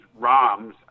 roms